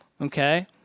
Okay